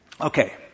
Okay